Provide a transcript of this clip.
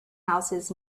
houses